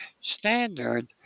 standard